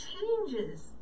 changes